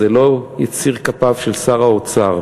זה לא יציר כפיו של שר האוצר.